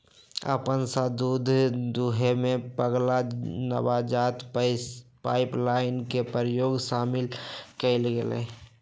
अपने स दूध दूहेमें पगला नवाचार पाइपलाइन के प्रयोग शामिल कएल गेल